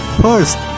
first